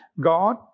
God